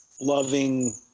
loving